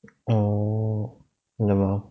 oh lmao